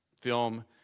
film